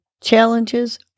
challenges